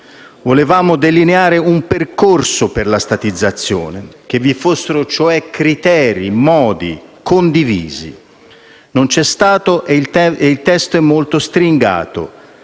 Volevamo delineare un percorso per la statizzazione, che vi fossero cioè criteri e modi condivisi. Non c'è stato e il testo è molto stringato.